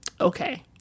Okay